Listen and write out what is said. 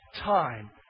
time